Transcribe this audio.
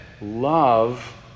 love